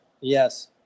yes